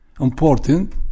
important